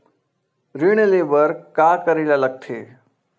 ऋण ले बर का करे ला लगथे?